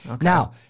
Now